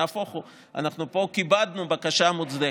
נהפוך הוא, אנחנו כיבדנו פה בקשה מוצדקת.